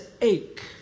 ache